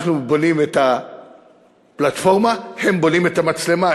אנחנו בונים את הפלטפורמה, הם בונים את המצלמה.